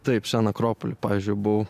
taip šiandien akropoly pavyzdžiui buvau